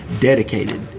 dedicated